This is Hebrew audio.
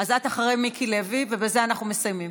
אז את אחרי מיקי לוי, ובזה אנחנו מסיימים.